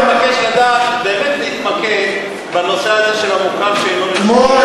אני מבקש באמת להתמקד בנושא הזה של המוכר שאינו רשמי.